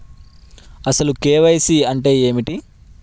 అసలు కే.వై.సి అంటే ఏమిటి?